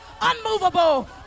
unmovable